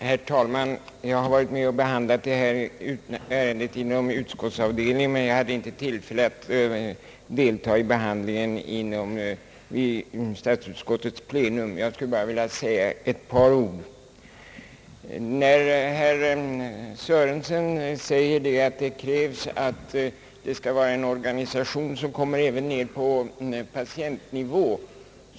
Herr talman! Jag har varit med om att behandla detta ärende inom utskotts avdelningen, men jag hade inte tillfälle att delta i behandlingen vid statsutskottets plenum. Jag skulle bara vilja säga ett par ord. Herr Sörenson framhåller att det krävs en organisation som når ned även på patientnivå.